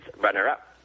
runner-up